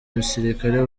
basirikare